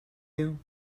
you